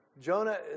Jonah